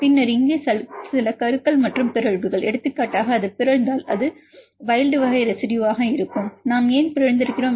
பின்னர் இங்கே சில கருக்கள் மற்றும் பிறழ்வுகள் எடுத்துக்காட்டாக அது பிறழ்ந்தால் அது வைல்ட் வகை ரெசிடுயுவாக இருக்கும் நாம் ஏன் பிறழ்ந்திருக்கிறோம்